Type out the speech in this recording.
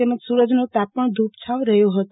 તેમજ સૂરજનો તાપ પણ ધૂપ છાંવ રહ્યો ફતો